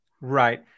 Right